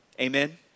amen